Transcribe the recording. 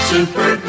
Super